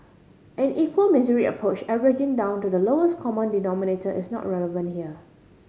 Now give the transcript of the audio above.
an equal misery approach averaging down to the lowest common denominator is not relevant here